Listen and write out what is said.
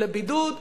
לבידוד.